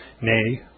nay